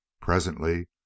Presently